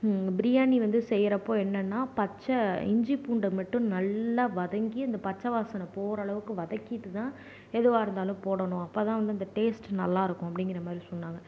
பிரியாணி வந்து செய்யிறப்போ வந்து என்னன்னா பச்சை இஞ்சி பூண்டை மட்டும் நல்லா வதக்கி அந்த பச்சை வாசனை போகிற அளவுக்கு வதக்கிட்டு தான் எதுவாக இருந்தாலும் போடணும் அப்போத்தான் வந்து அந்த டேஸ்ட் நல்லா இருக்கும் அப்படிங்கிற மாரி சொன்னாங்க